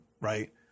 right